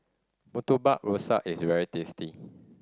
Murtabak Rusa is very tasty